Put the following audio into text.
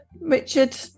Richard